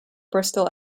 bristol